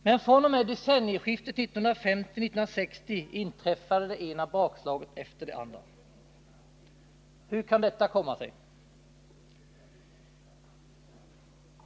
Men fr.o.m. decennieskiftet 1950-1960 inträffade det ena bakslaget efter det andra. Hur kan detta komma sig?